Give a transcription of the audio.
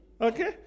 Okay